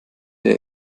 der